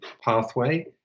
pathway